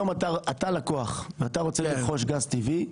אתה לקוח ואתה רוצה לרכוש גז טבעי,